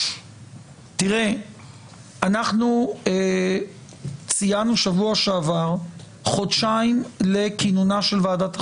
תראה אנחנו ציינו שבוע שעבר חודשיים לכינונה של ועדת החוקה,